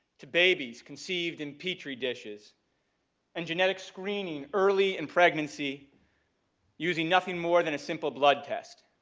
to babies conceived in petri dishes and genetic screening early in pregnancy using nothing more than a simple blood test.